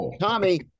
Tommy